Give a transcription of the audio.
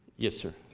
yes, sir.